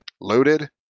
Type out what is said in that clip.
loaded